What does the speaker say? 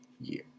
year